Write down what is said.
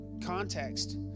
context